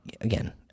again